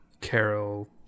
carol